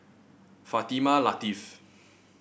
Fatimah Lateef